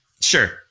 Sure